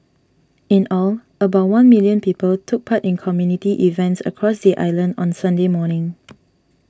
in all about one million people took part in community events across the island on Sunday morning